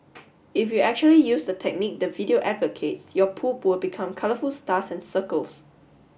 if you actually use the technique the video advocates your poop will become colorful stars and circles